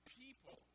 people